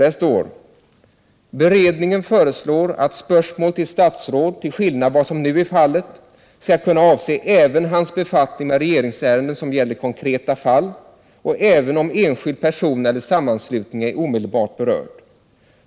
Det heter där: ”Beredningen föreslår att spörsmål till statsråd, till skillnad från vad som nu är fallet, skall kunna avse även hans befattning med regeringsärenden som gäller konkreta fall, och även om enskild person eller sammanslutning är omedelbart berörd.